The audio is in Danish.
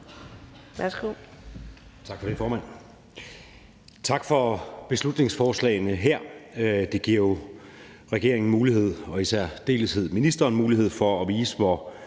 Søe (M): Tak for det, formand. Tak for beslutningsforslagene her. Det giver jo regeringen og i særdeleshed ministeren mulighed for at vise, hvor